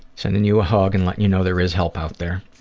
sending you a hug and letting you know there is help out there.